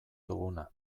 duguna